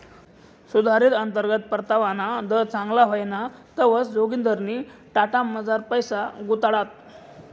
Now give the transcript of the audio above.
सुधारित अंतर्गत परतावाना दर चांगला व्हयना तवंय जोगिंदरनी टाटामझार पैसा गुताडात